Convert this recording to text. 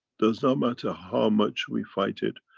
does not matter how much we fight it.